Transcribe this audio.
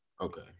Okay